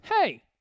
hey